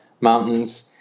Mountains